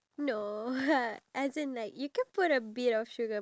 oh gosh the shredder thing right